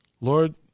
Lord